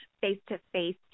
face-to-face